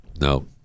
No